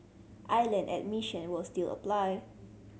island admission will still apply